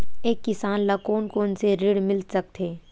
एक किसान ल कोन कोन से ऋण मिल सकथे?